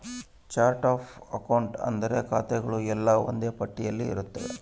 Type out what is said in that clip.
chart of account ಅಂದ್ರೆ ಖಾತೆಗಳು ಎಲ್ಲ ಒಂದ್ ಪಟ್ಟಿ ಇರುತ್ತೆ